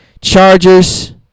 Chargers